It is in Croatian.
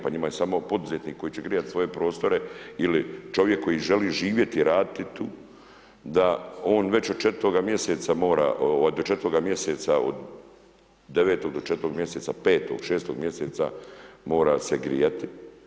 Pa njima je samo poduzetnik koji će grijat svoje prostore ili čovjek koji želi živjeti i raditi tu, da on već od četvrtoga mjeseca mora, do četvrtoga mjeseca, od devetog do četvrtog mjeseca, petog šestog mjeseca mora se grijati.